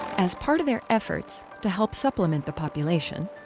as part of their efforts to help supplement the population,